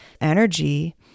energy